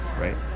right